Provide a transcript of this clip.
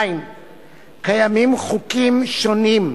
2. קיימים חוקים שונים,